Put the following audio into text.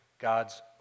God's